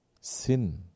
Sin